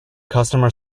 customer